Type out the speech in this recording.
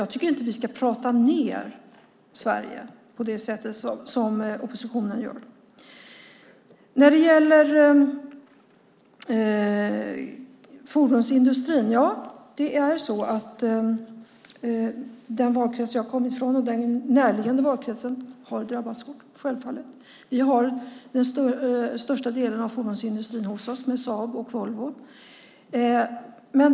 Jag tycker inte att vi ska prata ned Sverige på det sätt som oppositionen gör. När det gäller fordonsindustrin har den valkrets jag kommer ifrån och den närliggande valkretsen självfallet drabbats hårt. Vi har med Saab och Volvo den största delen av fordonsindustrin hos oss.